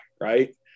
Right